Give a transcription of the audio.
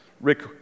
Rick